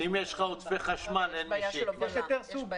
יש בעיה של הובלה.